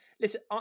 Listen